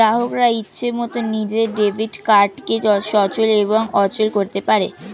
গ্রাহকরা ইচ্ছে মতন নিজের ডেবিট কার্ডকে সচল এবং অচল করতে পারে